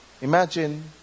Imagine